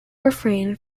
refrain